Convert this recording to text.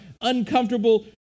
uncomfortable